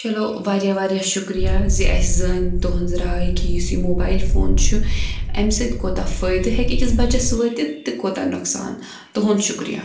چَلو واریاہ واریاہ شُکریہ زِ اَسہِ زٲنۍ تُہنٛز رَاےٚ کہِ یُس یہِ موبایِل فون چھُ اَمہِ سۭتۍ کوٗتاہ فٲیدٕ ہیٚکہِ أکِس بَچَس وٲتِتھ تہٕ کوٗتاہ نۄقصان تُہُنٛد شُکریہ